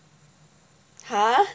!huh!